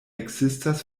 ekzistas